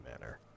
manner